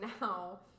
now